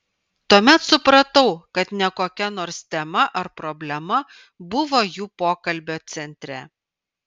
tuomet supratau kad ne kokia nors tema ar problema buvo jų pokalbio centre